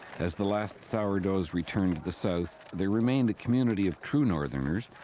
as the last sourdoughs returned to the south, there remained a community of true northerners,